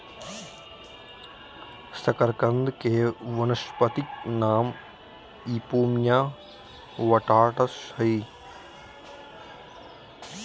शकरकंद के वानस्पतिक नाम इपोमिया बटाटास हइ